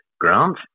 grant